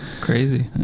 Crazy